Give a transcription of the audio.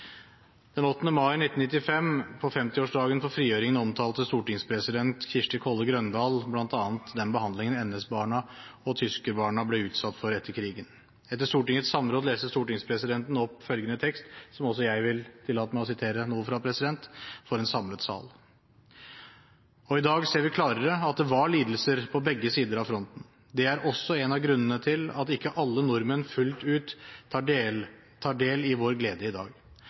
mai 1995, på 50-årsdagen for frigjøringen, omtalte stortingspresident Kirsti Kolle Grøndahl bl.a. den behandlingen NS-barna og tyskerbarna ble utsatt for etter krigen. Etter Stortingets samråd leste stortingspresidenten opp følgende tekst, som også jeg vil tillate meg å sitere noe fra, for en samlet sal: «Og i dag ser vi klarere at det var lidelser på begge sider av fronten. Det er også en av grunnene til at ikke alle nordmenn tar fullt ut del i vår glede i dag.